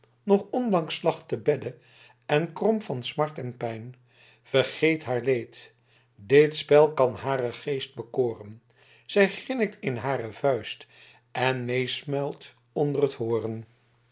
nog onlangs lag te bedde en kromp van smart en pijn vergeet haar leet dit spel kan haaren geest bekooren zy grinnikt in haar vuist en meesmuilt onder t hooren